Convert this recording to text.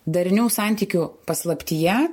darnių santykių paslaptyje